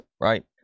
right